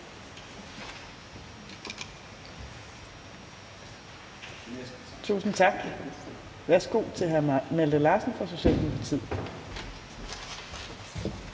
boble. Værsgo til hr. Malte Larsen fra Socialdemokratiet.